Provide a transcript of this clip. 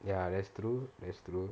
ya that's true that's true